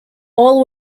all